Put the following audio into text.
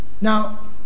Now